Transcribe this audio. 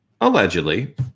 Allegedly